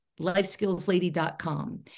lifeskillslady.com